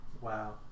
Wow